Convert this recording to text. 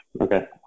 okay